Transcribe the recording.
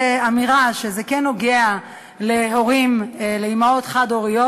אמירה שזה כן קשור להורים, לאימהות, חד-הוריות,